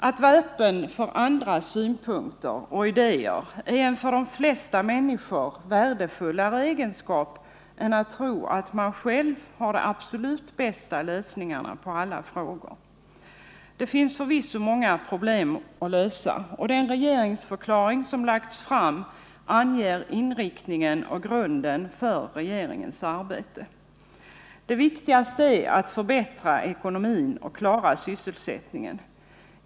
Att vara öppen för andras synpunkter och idéer är en för de flesta människor värdefullare egenskap än att tro att man själv har de absolut bästa lösningarna på alla frågor. Det finns förvisso många problem att lösa, och den regeringsförklaring som lagts fram anger inriktningen och grunden för regeringens arbete. Det viktigaste är att förbättra ekonomin och klara sysselsättningen.